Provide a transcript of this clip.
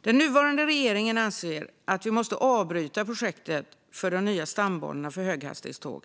Den nuvarande regeringen anser att vi måste avbryta projektet för de nya stambanorna för höghastighetståg.